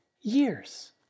years